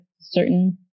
certain